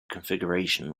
configuration